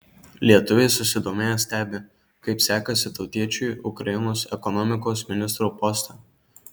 lietuviai susidomėję stebi kaip sekasi tautiečiui ukrainos ekonomikos ministro poste